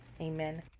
Amen